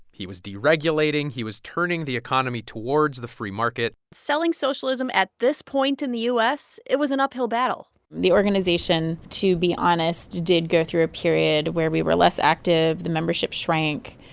he was deregulating. he was turning the economy towards the free market selling socialism at this point in the u s, it was an uphill battle the organization, to be honest, did go through a period where we were less active. the membership shrank.